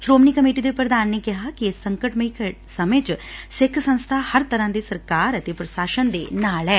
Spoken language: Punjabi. ਸ੍ਰੋਮਣੀ ਕਮੇਟੀ ਪ੍ਰਧਾਨ ਨੇ ਆਖਿਆ ਕਿ ਇਸ ਸੰਕਟਮਈ ਸਮੇਂ 'ਚ ਸਿੱਖ ਸੰਸਥਾ ਹਰ ਡਰ੍ਹਾਂ ਸਰਕਾਰ ਅਤੇ ਪ੍ਰਸ਼ਾਸਨ ਦੇ ਨਾਲ ਹੈ